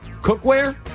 cookware